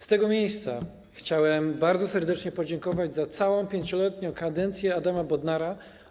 Z tego miejsca chciałem bardzo serdecznie podziękować za całą 5-letnią kadencję Adama Bodnara.